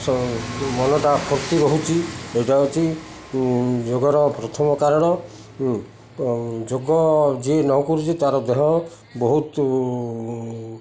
ମନଟା ଫୂର୍ତ୍ତି ରହୁଛି ଏଇଟା ଅଛି ଯୋଗର ପ୍ରଥମ କାରଣ ଯୋଗ ଯିଏ ନ କରୁଛି ତାର ଦେହ ବହୁତ